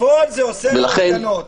בפועל זה אוסר הפגנות.